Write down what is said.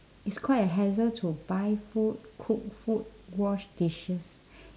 it's quite a hassle to buy food cook food wash dishes